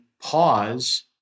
pause